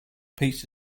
peace